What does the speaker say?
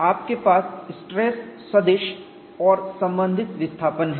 आपके पास स्ट्रेस सदिश वेक्टर और संबंधित विस्थापन है